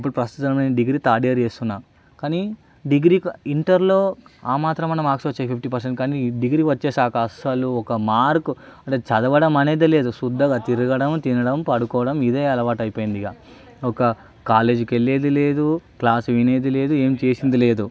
ఇప్పుడు ప్రస్తుతం నేను డిగ్రీ థర్డ్ ఇయర్ చేస్తున్న కానీ డిగ్రీకి ఇంటర్లో ఆ మాత్రం అన్నా మార్క్స్ వచ్చాయి ఫిఫ్టీ పర్సెంట్ కానీ డిగ్రీకి వచ్చేశాక అస్సలు ఒక్క మార్కు అంటే చదవడం అనేదే లేదు శుద్దంగా తిరగడం తినడం పడుకోవడం ఇదే అలవాటైపోయింది ఇక ఒక కాలేజికి వెళ్లేది లేదు క్లాసు వినేది లేదు ఏం చేసింది లేదు